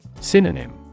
Synonym